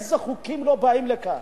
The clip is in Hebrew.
איזה חוקים לא באים לכאן?